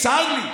צר לי.